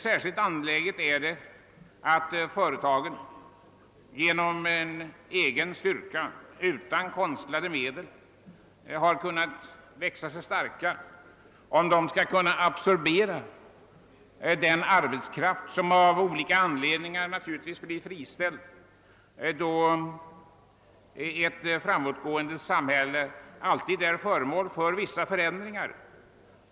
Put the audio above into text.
Särskilt angeläget är det att företagen utan konstlade medel har kunnat växa sig så starka, att de kan absorbera den arbetskraft som, givetvis av olika anledningar, blivit friställd; ett framåtgående samhälle är ju alltid föremål för vissa förändringar.